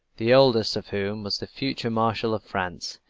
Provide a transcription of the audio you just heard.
the oldest of whom was the future marshal of france.